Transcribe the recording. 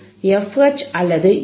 fH அல்லது fC2 1 2πR2C3